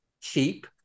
cheap